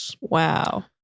Wow